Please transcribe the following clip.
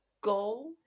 go